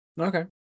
Okay